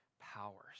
powers